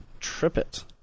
TripIt